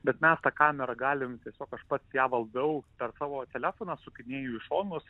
bet mes tą kamerą galim tiesiog aš pats ją valdau per savo telefoną sukinėju į šonus